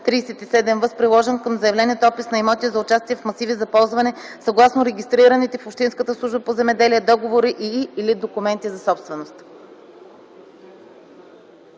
37в с приложен към заявлението опис на имоти за участие в масиви за ползване, съгласно регистрираните в общинската служба по земеделие договори и/или документи за собственост.”